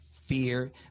fear